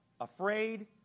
afraid